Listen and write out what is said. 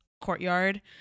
courtyard